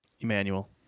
Emmanuel